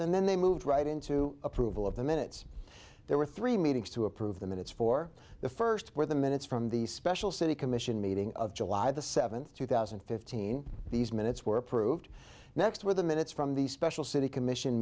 and then they moved right into approval of the minutes there were three meetings to approve the minutes for the first or the minutes from the special city commission meeting of july the seventh two thousand and fifteen these minutes were approved next were the minutes from the special city commission